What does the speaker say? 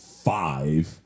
five